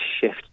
shift